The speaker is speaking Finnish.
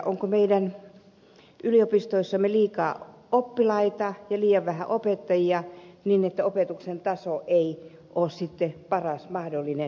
onko meidän yliopistoissamme liikaa oppilaita ja liian vähän opettajia niin että opetuksen taso ei ole sitten paras mahdollinen